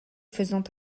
faisant